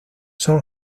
son